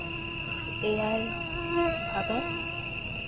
ᱮᱭᱟᱭ ᱵᱷᱟᱫᱚᱨ